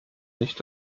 nicht